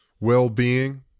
well-being